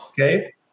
okay